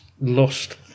Lost